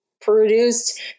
produced